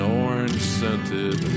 orange-scented